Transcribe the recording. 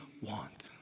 want